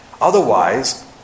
Otherwise